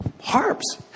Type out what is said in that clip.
harps